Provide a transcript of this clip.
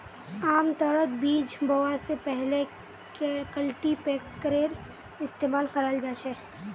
आमतौरत बीज बोवा स पहले कल्टीपैकरेर इस्तमाल कराल जा छेक